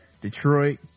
Detroit